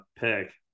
pick